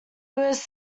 was